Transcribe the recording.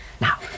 Now